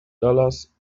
dollars